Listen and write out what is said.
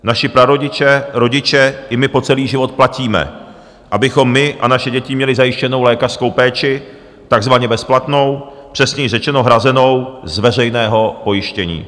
Naši prarodiče, rodiče i my po celý život platíme, abychom my a naše děti měli zajištěnu lékařskou péči takzvaně bezplatnou, přesněji řečeno, hrazenou z veřejného pojištění.